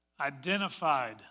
identified